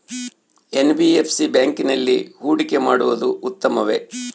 NBFC ಬ್ಯಾಂಕಿನಲ್ಲಿ ಹೂಡಿಕೆ ಮಾಡುವುದು ಉತ್ತಮವೆ?